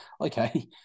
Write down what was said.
Okay